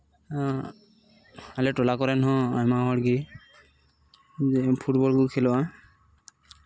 ᱟᱞᱮ ᱴᱚᱞᱟ ᱠᱚᱨᱮᱱ ᱦᱚᱸ ᱟᱭᱢᱟ ᱦᱚᱲᱜᱮ ᱯᱷᱩᱴᱵᱚᱞ ᱠᱚ ᱠᱷᱮᱞᱚᱜᱼᱟ